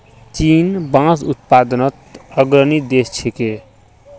चीन बांस उत्पादनत अग्रणी देश छिके